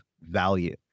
value